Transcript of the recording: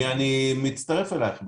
אני מצטרף אלייך.